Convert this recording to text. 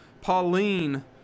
Pauline